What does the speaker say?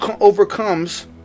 overcomes